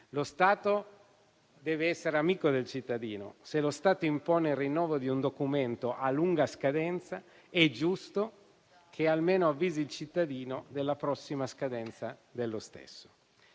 Lo Stato deve essere amico del cittadino: se impone il rinnovo di un documento a lunga scadenza, è giusto che almeno avvisi il cittadino della prossima scadenza dello stesso.